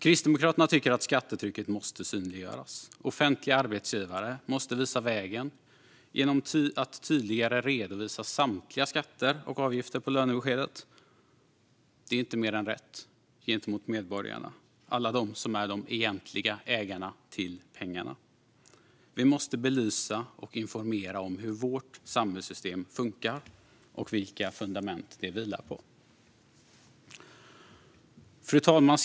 Kristdemokraterna tycker att skattetrycket måste synliggöras. Offentliga arbetsgivare måste visa vägen genom att tydligare redovisa samtliga skatter och avgifter på lönebeskedet. Det är inte mer än rätt gentemot medborgarna, alla de som är de egentliga ägarna till pengarna. Vi måste belysa och informera om hur vårt samhällssystem funkar och vilka fundament det vilar på. Fru talman!